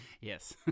yes